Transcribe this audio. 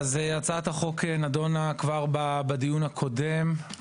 הצעת החוק נדונה כבר בדיון הקודם.